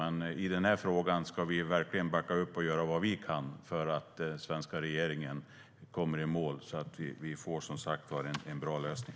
Men i den här frågan ska vi verkligen backa upp och göra vad vi kan för att den svenska regeringen kommer i mål så att vi får en bra lösning.